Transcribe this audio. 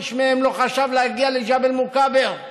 איש מהם לא חשב להגיע לג'בל מוכבר.